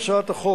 האוויר,